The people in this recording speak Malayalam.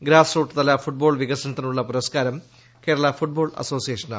ഗ്രാസ്റൂട്ട് തല ഫുട്ബോൾ വികസനത്തിനുള്ള പുരസ്കാരം കേരള ഫുട്ബോൾ അസോസിയേഷനാണ്